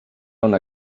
una